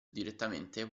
direttamente